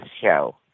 show